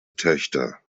töchter